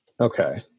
Okay